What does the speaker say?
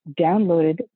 downloaded